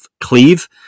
Cleve